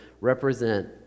represent